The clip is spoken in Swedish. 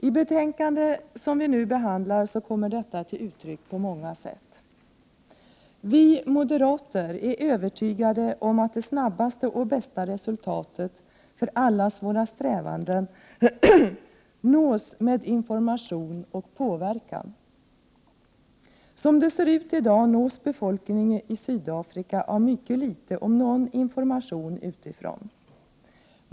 I det betänkande som vi nu behandlar kommer detta till uttryck på många sätt. Vi moderater är övertygade om att det snabbaste och bästa resultatet för allas våras strävanden nås med information och påverkan. Som det ser ut i dag nås befolkningen i Sydafrika av mycket liten om någon information alls utifrån.